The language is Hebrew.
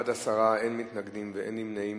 בעד, 10, אין מתנגדים ואין נמנעים.